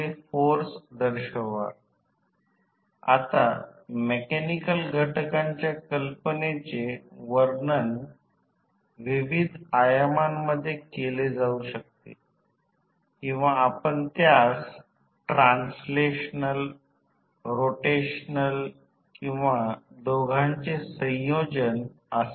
समजा रोहीत्र 110 by 220 volt प्रयोगशाळेत आहे तर असे म्हणा कमी व्होल्टेज बाजूला 110 व्होल्ट आहे आणि उच्च व्होल्टेज बाजूला 220 व्होल्ट आहे